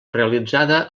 realitzada